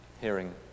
hearing